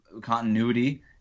continuity